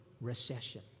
Recession